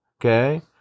okay